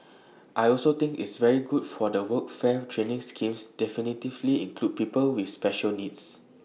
I also think it's very good that the workfare training schemes definitively include people with special needs